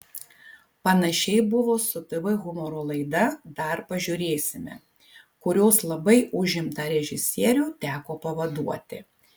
panašiai buvo su tv humoro laida dar pažiūrėsime kurios labai užimtą režisierių teko pavaduoti